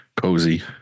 cozy